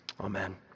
Amen